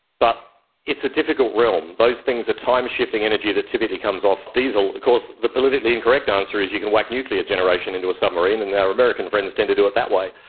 but it's a difficult realm. those things are timeshifting energy that typically comes off diesel. of course the politically incorrect answer is you can whack nuclear generation into a submarine, and our american friends tend to do it that way.